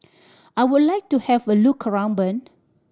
I would like to have a look around Bern